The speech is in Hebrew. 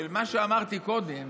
של מה שאמרתי קודם,